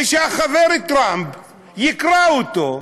ושהחבר טראמפ יקרא אותו.